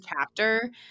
chapter